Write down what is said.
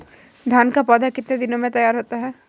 धान का पौधा कितने दिनों में तैयार होता है?